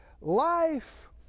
Life